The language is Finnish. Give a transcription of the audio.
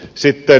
sitten